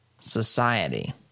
society